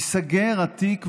ייסגר התיק,